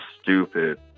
stupid